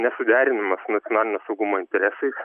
nesuderinamas su nacionalinio saugumo interesais